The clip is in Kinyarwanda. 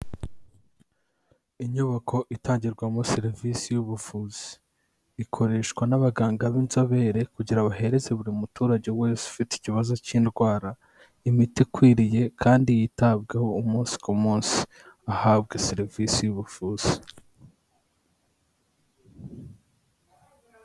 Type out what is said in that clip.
Inyubako itangirwamo serivisi y'ubuvuzi, ikoreshwa n'abaganga b'inzobere kugira bahereze buri muturage wese ufite ikibazo k'indwara imiti ikwiriye kandi yitabwaho umunsi ku munsi, ahabwe serivisi y'ubuvuzi.